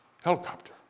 helicopter